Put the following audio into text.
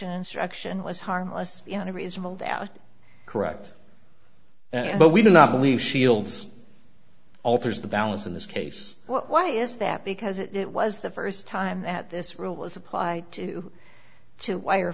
direction was harmless in any reasonable doubt correct but we do not believe shields alters the balance in this case why is that because it was the first time that this rule is applied to to wire